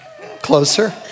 closer